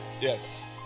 Yes